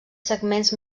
segments